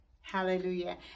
Hallelujah